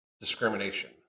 discrimination